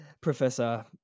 Professor